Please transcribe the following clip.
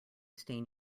stain